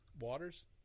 Waters